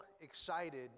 excited